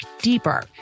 deeper